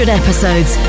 episodes